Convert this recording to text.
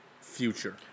future